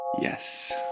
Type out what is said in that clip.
Yes